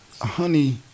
honey